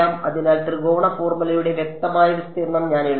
അതിനാൽ ത്രികോണ ഫോർമുലയുടെ വ്യക്തമായ വിസ്തീർണ്ണം ഞാൻ എഴുതാം